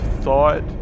thought